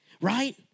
right